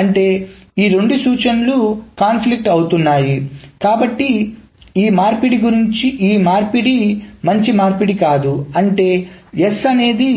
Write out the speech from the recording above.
అంటే ఈ రెండు సూచనలు సంఘర్షణ అవుతున్నాయి కాబట్టి ఈ మార్పిడి మంచి మార్పిడి కాదు అంటే S అనేది